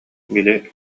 били